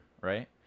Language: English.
right